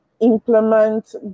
implement